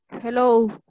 Hello